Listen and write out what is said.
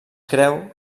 creu